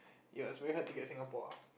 ya it's very hard to get Singapore ah